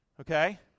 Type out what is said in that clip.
okay